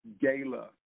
Gala